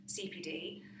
CPD